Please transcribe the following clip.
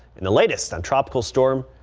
and the latest on tropical storm.